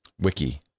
wiki